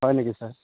হয় নেকি ছাৰ